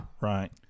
right